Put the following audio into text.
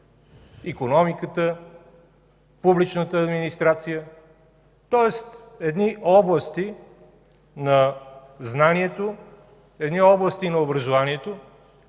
икономиката, публичната администрация, тоест едни области на знанието, едни области на образованието,